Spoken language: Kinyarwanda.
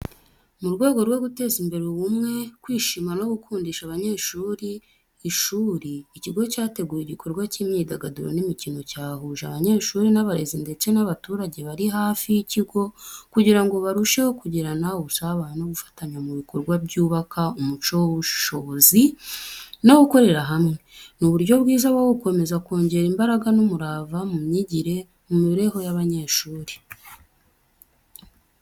Mu rwego rwo guteza imbere ubumwe, kwishima no gukundisha abanyeshuri ishuri, ikigo cyateguye igikorwa cy’imyidagaduro n’imikino cyahuje abanyeshuri n’abarezi ndetse n'abaturage bari hafi y'ikigo kugira ngo barusheho kugirana ubusabane no gufatanya mu bikorwa byubaka umuco w’ubushobozi no gukorera hamwe. Ni uburyo bwiza bwo gukomeza kongera imbaraga n’umurava mu myigire no mu mibereho y’abanyeshuri.